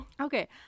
Okay